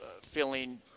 feeling